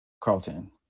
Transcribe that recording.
Carlton